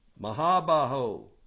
Mahabaho